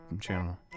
channel